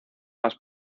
las